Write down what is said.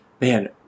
man